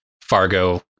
fargo